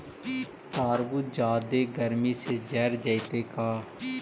तारबुज जादे गर्मी से जर जितै का?